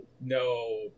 no